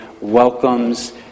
welcomes